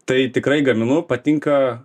tai tikrai gaminu patinka